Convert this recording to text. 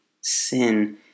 sin